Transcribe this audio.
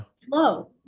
flow